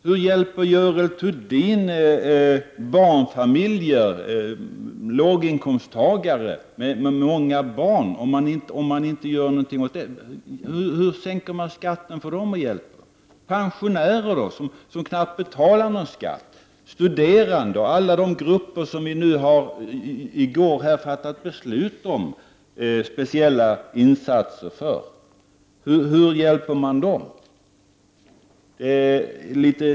Hur skall Görel Thurdin hjälpa barnfamiljer, låginkomsttagare med många barn, om man inte gör något åt detta? Hur skall man egentligen sänka skatten för dem? Pensionärerna som knappt betalar någon skatt, studerande och alla de grupper som vi i går fattade beslut om speciella insatser för, hur hjälper man dem?